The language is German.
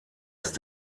ist